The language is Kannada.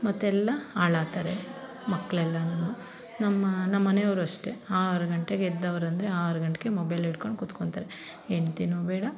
ಮತ್ತೆಲ್ಲ ಹಾಳಾತರೆ ಮಕ್ಳೆಲ್ಲಾನು ನಮ್ಮ ನಮ್ಮ ಮನೆಯವ್ರು ಅಷ್ಟೇ ಆರು ಗಂಟೆಗೇ ಎದ್ದವ್ರರಂದರೆ ಆರು ಗಂಟೆಗೇ ಮೊಬೈಲ್ ಹಿಡ್ಕೊಂಡು ಕುತ್ಕೊಂತಾರೆ ಹೆಂಡ್ತಿನೂ ಬೇಡ